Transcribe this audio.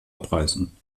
abreißen